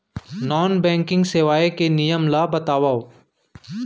Non banking सेवाएं के नियम ला बतावव?